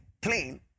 plane